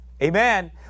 Amen